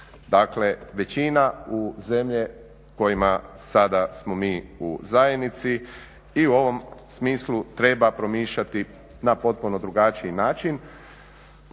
Dakle, većina u zemlje s kojima sada smo mi u zajednici i u ovom smislu treba promišljati na potpuno drugačiji način.